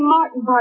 Martin